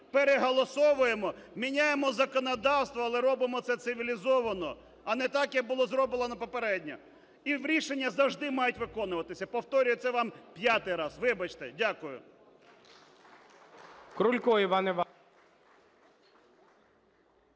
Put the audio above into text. переголосовуємо, міняємо законодавство, але робимо це цивілізовано, а не так, як було зроблено попередньо. І рішення завжди мають виконувати, повторюю це вам п'ятий раз. Вибачте. Дякую.